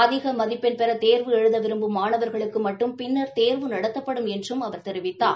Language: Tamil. அதிக மதிப்பெண்பெற தேர்வு எழுத விரும்பும் மாணவர்களுக்கு மட்டும் பின்னர் தேர்வு நடத்தப்படும் என்றும் தெரிவிக்கப்பட்டது